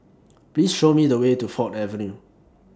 Please Show Me The Way to Ford Avenue